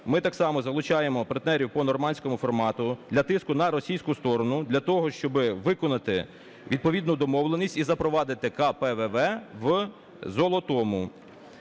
ми так само залучаємо партнерів по "нормандському формату" для тиску на російську сторону для того, щоби виконати відповідну домовленість і запровадити КПВВ в Золотому.